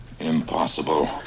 Impossible